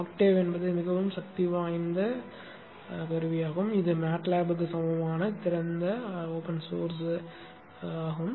Octave என்பது மிகவும் சக்திவாய்ந்த கருவியாகும் இது MATLAB க்கு சமமான திறந்த மூலமாகும்